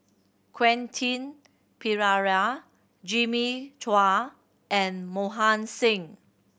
Quentin Pereira Jimmy Chua and Mohan Singh